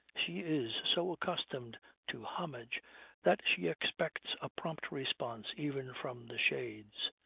she is so accustomed to homage that she expects a prompt response even from the shades.